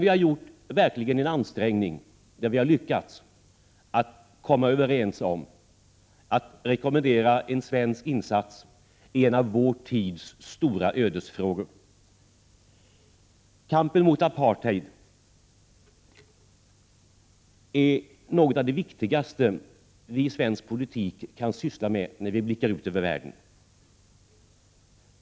Vi har verkligen gjort ansträngningar och lyckats komma överens om att rekommendera en svensk insats i en av vår tids stora ödesfrågor. Kampen mot apartheid är något av det viktigaste vi i svensk politik kan syssla med när vi blickar ut över världen.